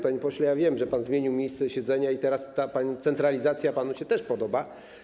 Panie pośle, wiem, że pan zmienił miejsce siedzenia i teraz ta centralizacja panu się też podoba.